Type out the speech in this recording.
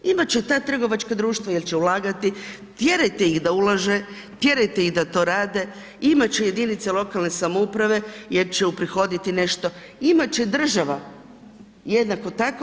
Imat će ta trgovačka društva jel će ulagati, tjerajte ih da ulaže, tjerajte ih da to rade, imat će jedinice lokalne samouprave jer će uprihoditi nešto, imat će država jednako tako.